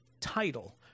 title